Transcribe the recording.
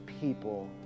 people